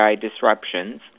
disruptions